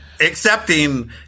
accepting